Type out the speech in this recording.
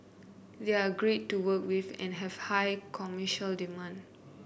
they are great to work with and have high commercial demand